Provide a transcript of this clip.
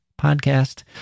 podcast